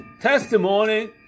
testimony